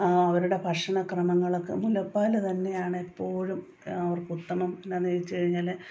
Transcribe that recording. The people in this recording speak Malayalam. അവരുടെ ഭക്ഷണക്രമങ്ങളൊക്കെ മുലപ്പാൽ തന്നെയാണ് എപ്പോഴും അവർക്ക് ഉത്തമം എന്താണെന്നു ചോദിച്ചു കഴിഞ്ഞാൽ